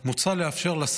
מוצע לאפשר לשר,